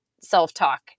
self-talk